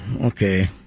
okay